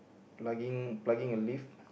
plugging a leaf